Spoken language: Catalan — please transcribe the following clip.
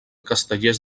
castellers